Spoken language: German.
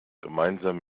gemeinsam